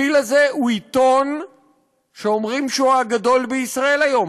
הפיל הזה הוא עיתון שאומרים שהוא הגדול בישראל היום,